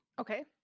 Okay